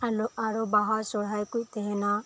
ᱟᱨᱚ ᱵᱟᱦᱟ ᱥᱚᱦᱚᱨᱟᱭ ᱠᱚ ᱛᱟᱦᱮᱸᱱᱟ